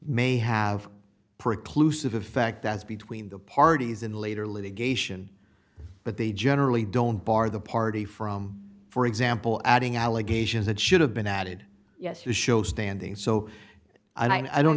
that's between the parties in later litigation but they generally don't bar the party from for example adding allegations that should have been added yes the show standing so and i don't